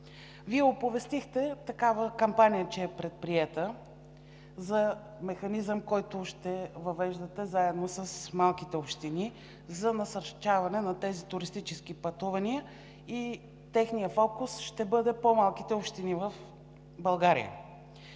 е предприета такава кампания за механизъм, който ще въвеждате заедно с малките общини, за насърчаване на тези туристически пътувания и техен фокус ще бъдат по-малките общини в България.